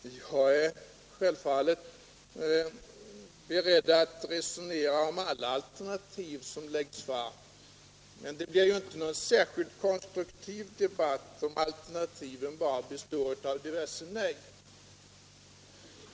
Jag är självfallet beredd att resonera om alla alternativ som läggs fram, men det blir inte någon särskilt konstruktiv debatt om alternativen bara består av diverse nej.